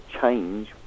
change